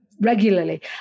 regularly